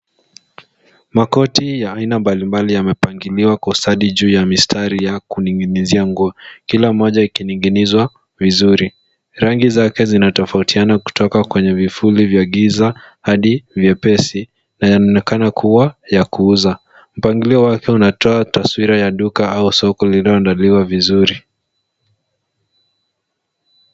Makoti ya aina mbalimbali yamepangiliwa kwa ustadi juu ya mistari ya kuning'inizia nguo kila moja ikining'inizwa vizuri. Rangi zake zinatofautiana kutoka kwenye vifundi vya giza hadi vyepesi na yanaonekana kuwa ya kuuza. Mpangilio wake unatoa taswira ya duka au soko lililoandaliwa vizuri.